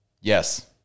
Yes